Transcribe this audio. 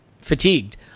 fatigued